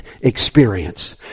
experience